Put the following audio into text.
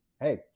hey